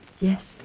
Yes